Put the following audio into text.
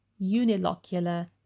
unilocular